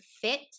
fit